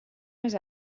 més